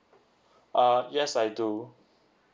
uh yes I do